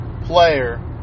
player